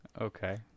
okay